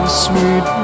sweet